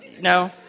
No